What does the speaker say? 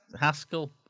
Haskell